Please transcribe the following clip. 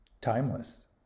timeless